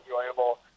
enjoyable